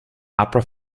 opera